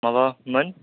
माबा मोन